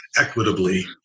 equitably